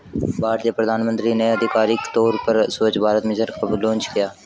भारतीय प्रधानमंत्री ने आधिकारिक तौर पर स्वच्छ भारत मिशन कब लॉन्च किया?